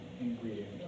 ingredient